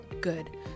good